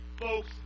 Folks